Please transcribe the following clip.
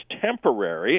temporary